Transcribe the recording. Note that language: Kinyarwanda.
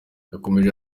yakomeje